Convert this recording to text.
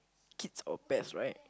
kids or pets right